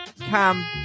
Cam